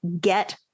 get